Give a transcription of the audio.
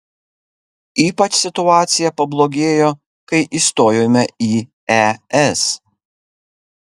ypač situacija pablogėjo kai įstojome į es